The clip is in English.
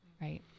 Right